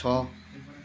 छ